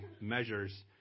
measures